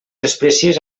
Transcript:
espècies